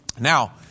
Now